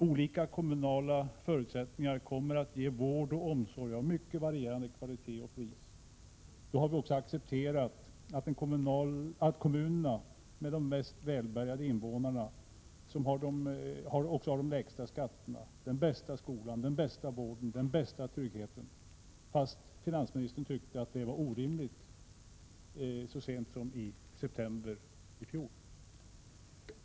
Olika kommunala förutsättningar kommer att ge vård och omsorg av mycket varierande kvalitet och till varierande pris. Då har vi accepterat att det är kommunerna med de mest välbärgade invånarna som också har de lägsta skatterna, den bästa skolan, den bästa vården och den bästa tryggheten, fast finansministern så sent som i september i fjol tyckte att det var orimligt.